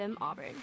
Auburn